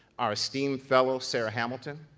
our esteemed fellow, sarah hamilton,